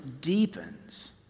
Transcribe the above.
deepens